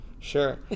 Sure